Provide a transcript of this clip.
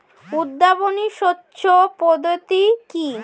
উদ্ভাবনী সেচ পদ্ধতি কি?